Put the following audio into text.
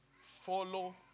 Follow